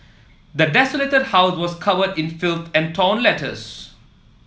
the desolated house was covered in filth and torn letters